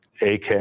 ak